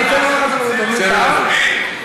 אני יוצא מהנחה שאדוני טעה, בסדר גמור.